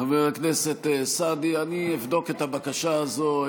חבר הכנסת סעדי, אני אבדוק את הבקשה הזאת,